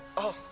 oh,